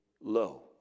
low